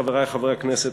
חברי חברי הכנסת,